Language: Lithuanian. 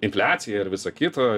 infliacija ir visa kita